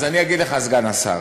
אז אני אגיד לך, סגן השר.